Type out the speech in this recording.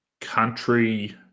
country